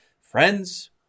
friends